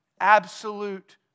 absolute